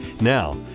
Now